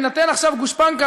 וניתן עכשיו גושפנקה,